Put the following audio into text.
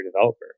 developer